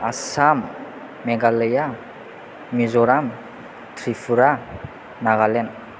Assam Meghalaya Mizoram Tripura Nagaland